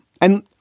and-